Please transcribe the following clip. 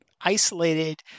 isolated